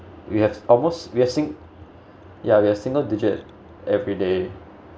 we have almost we're sing~ yeah they're single digit every day